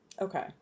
Okay